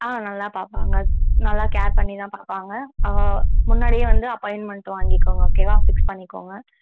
ஆ நல்லா பார்ப்பாங்க நல்லா கேர் பண்ணி தான் பார்ப்பாங்க முன்னாடியே வந்து அப்பாயிண்மெண்ட் வாங்கிக்கோங்க ஓகேவா ஃபிக்ஸ் பண்ணிக்கோங்க